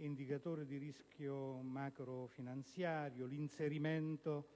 indicatori di rischio macrofinanziario, come pure sull'inserimento